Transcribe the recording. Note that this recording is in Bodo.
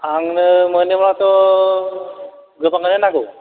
आंनो मोनोब्लाथ' गोबाङानो नांगौ